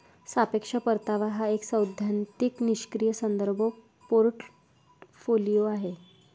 सापेक्ष परतावा हा एक सैद्धांतिक निष्क्रीय संदर्भ पोर्टफोलिओ आहे